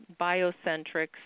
Biocentrics